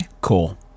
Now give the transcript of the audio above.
cool